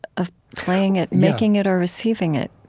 of playing it, making it, or receiving it